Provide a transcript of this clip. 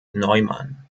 neumann